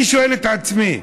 אני שואל את עצמי: